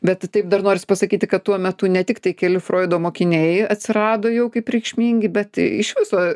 bet taip dar norisi pasakyti kad tuo metu ne tiktai keli froido mokiniai atsirado jau kaip reikšmingi bet iš viso